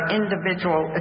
individual